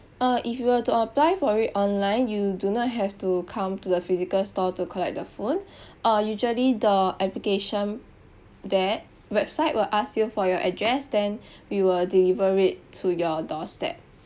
uh if you were to apply for it online you do not have to come to the physical store to collect the phone uh usually the application there website will ask you for your address then we will deliver it to your doorstep